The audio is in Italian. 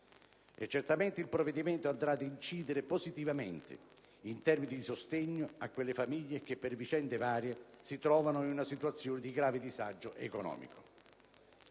Certamente il provvedimento andrà ad incidere positivamente, in termini di sostegno, su quelle famiglie che per vicende varie si trovano in una situazione di grave disagio economico.